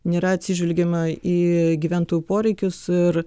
nėra atsižvelgiama į gyventojų poreikius ir